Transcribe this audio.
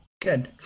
good